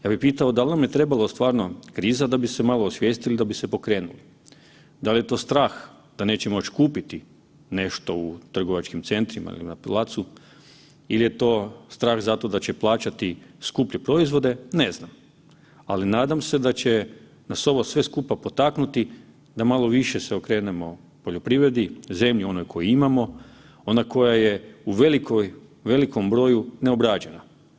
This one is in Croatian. Ja bih pitao dal nam je trebalo stvarno kriza da bi se malo osvijestili, da bi se pokrenuli, da li je to strah da neće moći kupiti nešto u trgovačkim centrima ili na placu ili je to strah zato da će plaćati skuplje proizvode, ne znam, ali nadam se da će nas ovo sve skupa potaknuti da malo više se okrenemo poljoprivredi, zemlji onoj koju imamo, ona koja je u velikoj, velikom broju neobrađena.